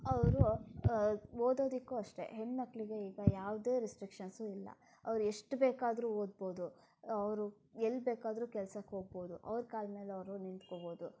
ಅವರು ಓದೋದಕ್ಕೂ ಅಷ್ಟೆ ಹೆಣ್ಣು ಮಕ್ಕಳಿಗೆ ಈಗ ಯಾವುದೇ ರಿಸ್ಟ್ರಿಕ್ಷನ್ಸು ಇಲ್ಲ ಅವರೆಷ್ಟು ಬೇಕಾದರೂ ಓದ್ಬೋದು ಅವರು ಎಲ್ಲಿ ಬೇಕಾದರೂ ಕೆಲಸಕ್ಕೆ ಹೋಗ್ಬೋದು ಅವರ ಕಾಲ ಮೇಲೆ ಅವರು ನಿಂತ್ಕೋಬೋದು